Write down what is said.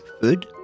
food